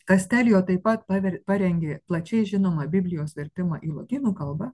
kastelio taip pat paver parengė plačiai žinomą biblijos vertimą į lotynų kalbą